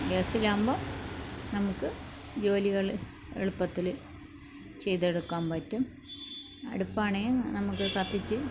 ഗ്യാസ്സില്ലാകുമ്പോൾ നമുക്ക് ജോലികൾ എളുപ്പത്തിൽ ചെയ്തെടുക്കാന്പറ്റും അടുപ്പാണെങ്കിൽ നമുക്ക് കത്തിച്ച്